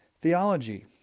theology